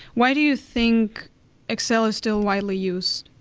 why do you think excel is still widely used?